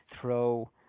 throw –